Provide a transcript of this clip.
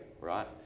right